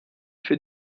für